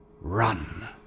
Run